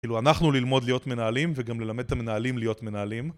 כאילו אנחנו ללמוד להיות מנהלים וגם ללמד את המנהלים להיות מנהלים